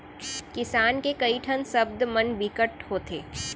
किसान के कइ ठन सब्द मन बिकट होथे